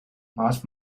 მას